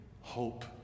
hope